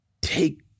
take